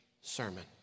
sermon